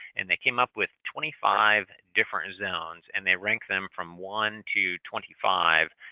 and they came up with twenty five different zones, and they ranked them from one to twenty five,